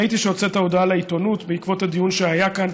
ראיתי שהוצאת הודעה לעיתונות בעקבות הדיון שהיה כאן.